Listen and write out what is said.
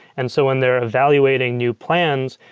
and so when they're evaluating new plans,